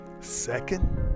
second